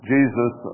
Jesus